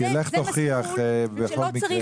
כי לך תוכיח בכל מקרה.